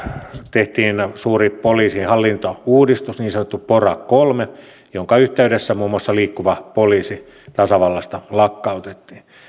tehtiin suuri poliisihallintouudistus niin sanottu pora iii jonka yhteydessä muun muassa liikkuva poliisi tasavallasta lakkautettiin